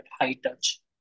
high-touch